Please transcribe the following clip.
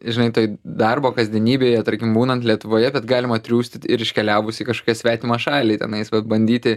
žinai toj darbo kasdienybėje tarkim būnant lietuvoje bet galima triūsti ir iškeliavus į kažkokią svetimą šalį tenais vat bandyti